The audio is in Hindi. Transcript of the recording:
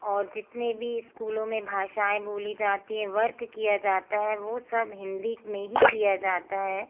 और जितने भी स्कूलों में भाषाएँ बोली जाती है वर्क किया जाता है वो सब हिंदी में ही किया जाता है